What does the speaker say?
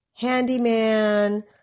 handyman